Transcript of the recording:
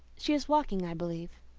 she is walking, i believe.